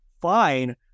fine